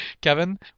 kevin